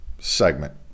segment